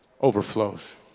overflows